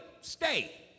stay